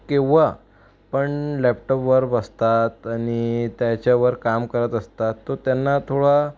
किंवा पण लॅपटॉपवर बसतात आणि त्याच्यावर काम करत असतात तो त्यांना थोडा